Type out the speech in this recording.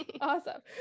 Awesome